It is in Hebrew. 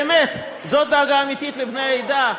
באמת, זו דאגה אמיתית לבני העדה?